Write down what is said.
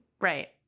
Right